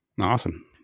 Awesome